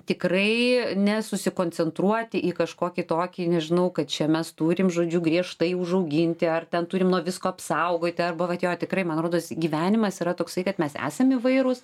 tikrai nesusikoncentruoti į kažkokį tokį nežinau kad čia mes turim žodžiu griežtai užauginti ar ten turim nuo visko apsaugoti arba vat jo tikrai man rodos gyvenimas yra toksai kad mes esam įvairūs